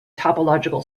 topological